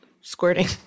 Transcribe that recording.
squirting